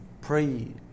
pray